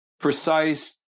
precise